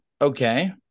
Okay